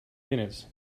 minutes